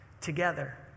together